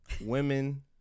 women